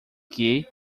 que